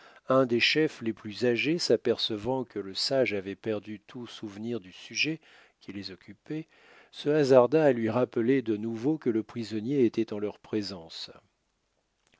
un des chefs les plus âgés s'apercevant que le sage avait perdu tout souvenir du sujet qui les occupait se hasarda à lui rappeler de nouveau que le prisonnier était en leur présence